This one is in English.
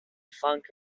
funk